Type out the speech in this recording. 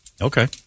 Okay